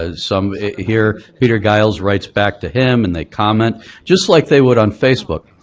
ah some here, peter giles writes back to him and they comment just like they would on facebook.